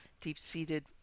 deep-seated